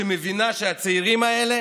שמבינה שהצעירים האלה